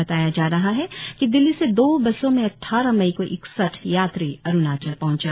बताया जा रहा है कि दिल्ली से दो बसों में अद्वारह मई को इकसठ यात्री अरुणाचल पहँचा